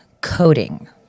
coding